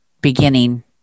beginning